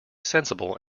sensible